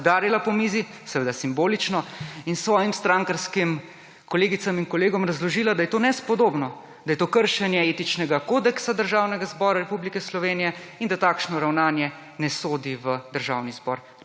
po mizi, seveda simbolično, in svojim strankarskim kolegicam in kolegom razložila, da je to nespodobno, da je to kršenje etičnega kodeksa Državnega zbora Republike Slovenije in da takšno ravnanje ne sodi v Državni zbor